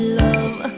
love